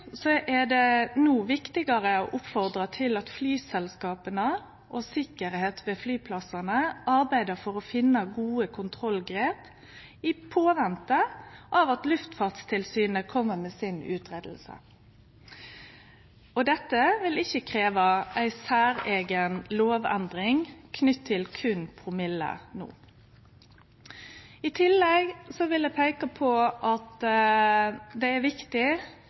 er det no viktigare å oppfordre til at flyselskapa og dei som jobbar med sikkerheit ved flyplassane, arbeider for å finne gode kontrollrutinar mens vi ventar på at Luftfartstilsynet kjem med si utgreiing. Dette vil ikkje krevje ei særeigen lovendring no – berre knytt til promille. I tillegg vil eg peike på at det er viktig